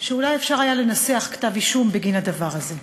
שאולי אפשר היה לנסח כתב אישום בגין הדבר הזה.